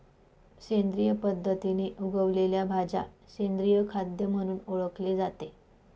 सेंद्रिय पद्धतीने उगवलेल्या भाज्या सेंद्रिय खाद्य म्हणून ओळखले जाते